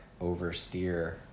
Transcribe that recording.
oversteer